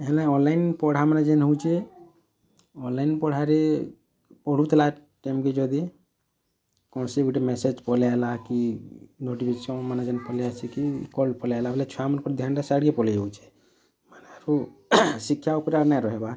ହେଲେ ଅନ୍ଲାଇନ୍ ପଢ଼ା ମାନେ ଯାହା ହେଉଛି ଅନ୍ଲାଇନ୍ ପଢ଼ାରେ ପଢ଼ୁଥିଲା ଟାଇମ୍ କେ ଯଦି କୌଣସି ଗୋଟେ ମ୍ୟାସେଜ୍ ପଲେଇଆସିଲା ନୋଟିଫିକେସନ୍ ଯେମିତି ଆସିକି ପଲେଇଆସିଲା ଛୁଆମାନଙ୍କୁ ଧ୍ୟାନଟା ସିଆଡ଼େକି ପଲେଇଯାଉଛି ମାନେ ଆରୁ ଶିକ୍ଷା ଉପରେ ଆମେ ରହିବା